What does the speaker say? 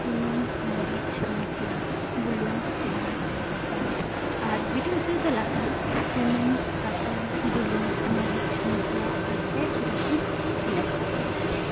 ᱥᱩᱱᱩᱢ ᱢᱟᱹᱨᱤᱪ ᱢᱚᱥᱞᱟ ᱵᱩᱞᱩᱝ ᱯᱮᱸᱭᱟᱡ ᱥᱟᱥᱟᱝ ᱟᱨ ᱵᱤᱞᱤ ᱩᱛᱩ ᱨᱮᱫᱚ ᱞᱟᱜᱟᱜᱼᱟ ᱥᱩᱱᱩᱢ ᱥᱟᱥᱟᱝ ᱵᱩᱞᱩᱝ ᱢᱟᱹᱨᱤᱪ ᱢᱚᱥᱞᱟ ᱟᱫᱦᱮ ᱨᱟᱹᱥᱩᱱ ᱤᱱᱟᱹᱠᱚᱜᱮ